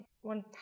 one